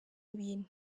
ibintu